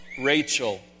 Rachel